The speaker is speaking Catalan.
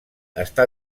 està